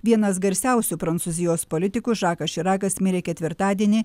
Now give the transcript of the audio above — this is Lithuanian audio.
vienas garsiausių prancūzijos politikų žakas širakas mirė ketvirtadienį